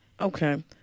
Okay